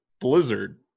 blizzard